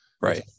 right